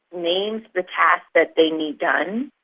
names the task that they need done,